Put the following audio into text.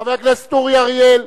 חבר הכנסת אורי אריאל.